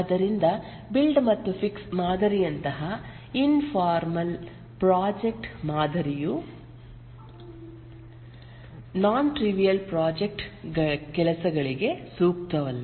ಆದ್ದರಿಂದ ಬಿಲ್ಡ್ ಮತ್ತು ಫಿಕ್ಸ್ ಮಾದರಿಯಂತಹ ಇನ್ ಫಾರ್ಮಲ್ ಪ್ರಾಜೆಕ್ಟ್ ಮಾದರಿಯು ನಾನ್ ಟ್ರಿವಿಅಲ್ ಪ್ರಾಜೆಕ್ಟ್ ಕೆಲಸಗಳಿಗೆ ಸೂಕ್ತವಲ್ಲ